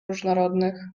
różnorodnych